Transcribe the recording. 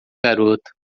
garota